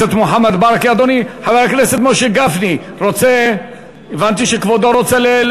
אדוני חבר הכנסת משה גפני, הבנתי שכבודו רוצה?